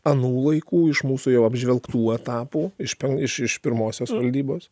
anų laikų iš mūsų jau apžvelgtų etapų iš iš iš pirmosios valdybos